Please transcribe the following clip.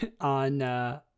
on